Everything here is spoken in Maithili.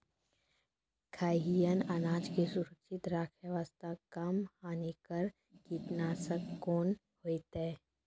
खैहियन अनाज के सुरक्षित रखे बास्ते, कम हानिकर कीटनासक कोंन होइतै?